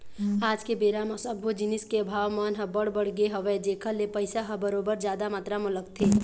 आज के बेरा म सब्बो जिनिस के भाव मन ह बड़ बढ़ गे हवय जेखर ले पइसा ह बरोबर जादा मातरा म लगथे